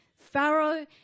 Pharaoh